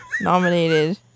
nominated